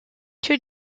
two